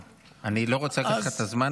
אני לא רוצה לקחת לך את הזמן,